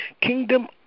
Kingdom